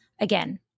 again